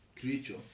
Creature